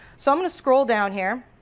so and scroll down here,